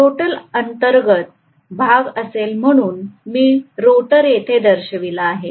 rotor अंतर्गत भाग असेल म्हणून मी रोटर येथे दर्शविला आहे